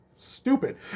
Stupid